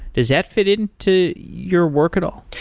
does that fit in to your work at all?